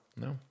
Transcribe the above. No